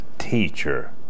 teacher